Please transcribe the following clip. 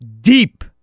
deep